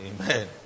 Amen